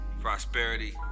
prosperity